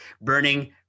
Burning